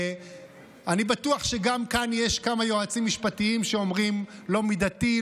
אני בטוח שגם כאן יש כמה יועצים משפטיים שאומרים: לא מידתי,